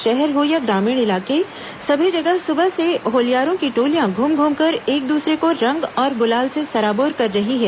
शहर हो या ग्रामीण इलाके सभी जगह सुबह से होलियारों की टोलियां घूम घूमकर एक दूसरे को रंग और गुलाल से सराबोर कर रही है